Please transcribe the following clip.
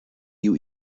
you